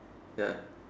ya